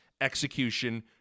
execution